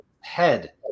Head